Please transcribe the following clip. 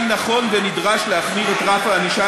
אם נכון ונדרש להחמיר את רף הענישה,